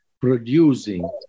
producing